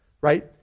Right